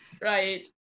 Right